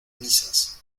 misas